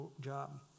job